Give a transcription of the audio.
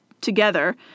together